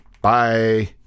Bye